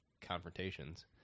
confrontations